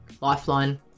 lifeline